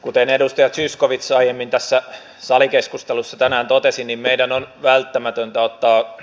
kuten edustaja zyskowicz aiemmin tässä salikeskustelussa tänään totesi meidän on välttämätöntä ottaa